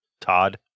Todd